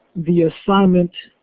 the assignments